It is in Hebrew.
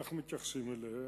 כך מתייחסים אליהן.